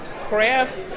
craft